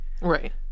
Right